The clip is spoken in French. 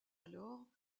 alors